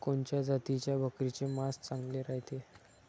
कोनच्या जातीच्या बकरीचे मांस चांगले रायते?